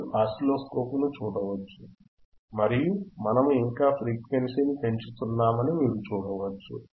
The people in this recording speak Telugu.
మీరు ఆసిలోస్కోప్ను చూడవచ్చు మరియు మనము ఇంకా ఫ్రీక్వెన్సీని పెంచుతున్నామని మీరు చూడవచ్చు